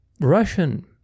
Russian